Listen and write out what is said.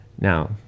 Now